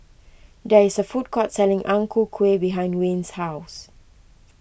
there is a food court selling Ang Ku Kueh behind Wayne's house